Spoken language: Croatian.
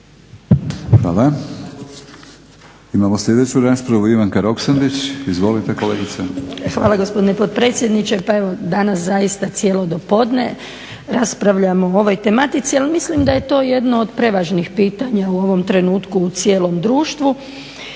Hvala. Imamo sljedeću raspravu, Ivanka Roksandić. Izvolite kolegice. **Roksandić, Ivanka (HDZ)** Hvala gospodine potpredsjedniče. Pa evo danas zaista cijelo dopodne raspravljamo o ovoj tematici, ali mislim da je to jedno od prevažnih pitanja u ovom trenutku u cijelom društvu.